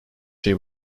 şey